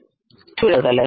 చూడగలరు